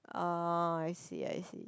oh I see I see